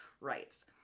rights